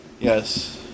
Yes